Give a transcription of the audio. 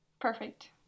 Perfect